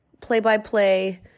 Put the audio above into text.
play-by-play